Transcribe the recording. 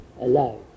alive